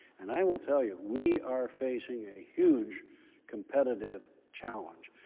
and i will tell you, we are facing a huge competitive challenge.